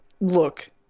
Look